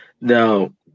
Now